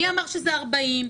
מי אמר שזה 40?